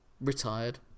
retired